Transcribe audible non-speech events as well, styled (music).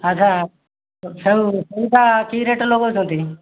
ଆଚ୍ଛା (unintelligible) କୋଉଟା କି ରେଟ୍ ଲଗାଉଛନ୍ତି